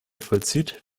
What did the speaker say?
vollzieht